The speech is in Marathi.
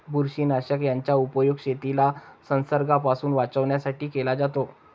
बुरशीनाशक याचा उपयोग शेतीला संसर्गापासून वाचवण्यासाठी केला जातो